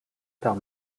par